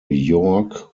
york